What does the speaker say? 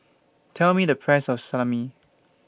Tell Me The Price of Salami